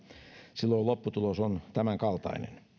silloin lopputulos on tämänkaltainen